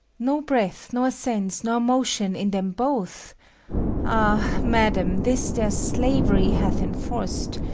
no breath, nor sense, nor motion, in them both ah, madam, this their slavery hath enforc'd,